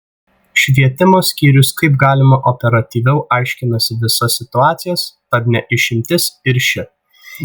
švietimo skyrius kaip galima operatyviau aiškinasi visas situacijas tad ne išimtis ir ši